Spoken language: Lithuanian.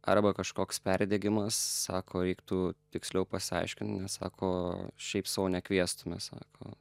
arba kažkoks perdegimas sako reiktų tiksliau pasiaiškint nes sako šiaip sau nekviestume sako